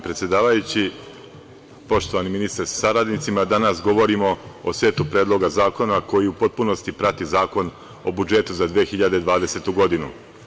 Poštovani ministre sa saradnicima, danas govorimo o setu predloga zakona koji u potpunosti prate Zakon o budžetu za 2020. godinu.